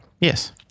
Yes